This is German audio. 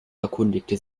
erkundigte